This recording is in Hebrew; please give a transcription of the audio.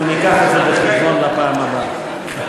אנחנו ניקח את זה בחשבון לפעם הבאה.